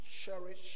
cherish